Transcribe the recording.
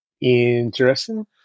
Interesting